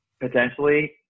potentially